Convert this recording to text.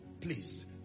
Please